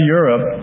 Europe